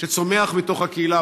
שצומח בתוך הקהילה,